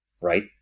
Right